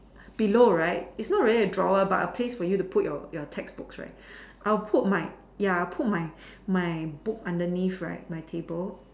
below right it's not really a drawer but a place for you to put your textbooks right I'll put my ya I put my my book underneath right my table